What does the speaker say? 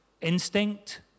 Instinct